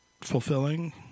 fulfilling